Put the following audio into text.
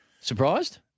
Surprised